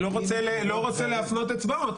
אני לא רוצה להפנות אצבעות,